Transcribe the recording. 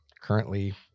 currently